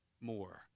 more